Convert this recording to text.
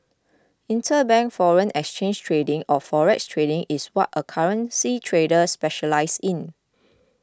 interbank foreign exchange trading or forex trading is what a currency trader specialises in